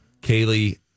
Kaylee